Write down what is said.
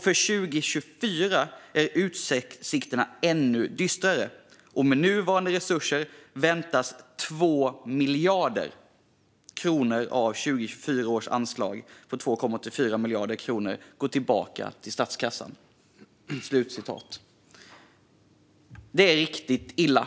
För 2024 är utsikterna ännu dystrare, och med nuvarande resurser väntas två miljarder kronor av 2024 års anslag på 2,84 miljarder kronor att gå tillbaka till statskassan." Det är riktigt illa.